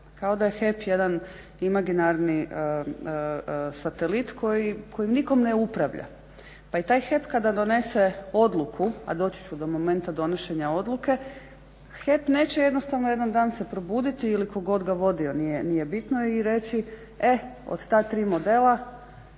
kao da je HEP jedan imaginarni satelit kojim nitko ne upravlja. Pa i taj HEP kada donese odluku, a doći ću do momenta donošenja odluke, HEP neće jednostavno jedan dan se probuditi ili tko god ga vodio nije bitno i reći e od ta tri modela